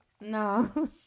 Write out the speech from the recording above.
No